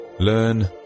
Learn